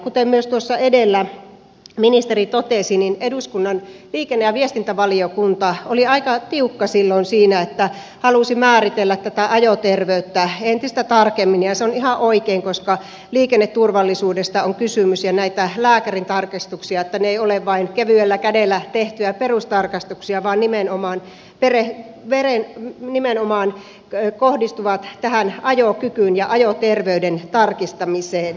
kuten myös tuossa edellä ministeri totesi eduskunnan liikenne ja viestintävaliokunta oli aika tiukka silloin siinä että halusi määritellä tätä ajoterveyttä entistä tarkemmin se on ihan oikein koska liikenneturvallisuudesta on kysymys ja näitä lääkärintarkastuksia että ne eivät ole vain kevyellä kädellä tehtyjä perustarkastuksia vaan nimenomaan kohdistuvat ajokykyyn ja ajoterveyden tarkistamiseen